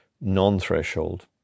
non-threshold